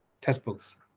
textbooks